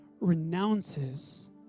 renounces